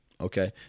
okay